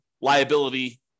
liability